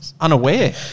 unaware